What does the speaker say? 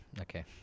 Okay